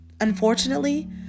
Unfortunately